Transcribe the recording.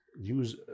Use